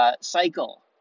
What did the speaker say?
cycle